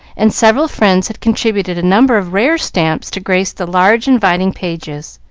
and several friends had contributed a number of rare stamps to grace the large, inviting pages.